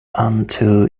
unto